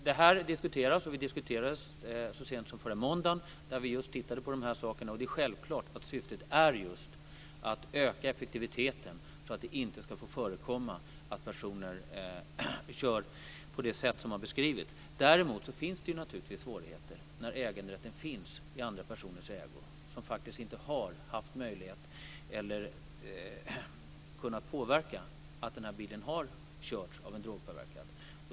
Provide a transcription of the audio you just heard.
Det här diskuteras, och det diskuterades så sent som förra måndagen då vi tittade på dessa saker. Syftet är just att öka effektiviteten så att det inte ska få förekomma att personer kör på det sätt som har beskrivits. Det finns naturligtvis svårigheter när fordonet är i en annan persons ägo, en person som inte har kunnat påverka att bilen har körts av en drogpåverkad.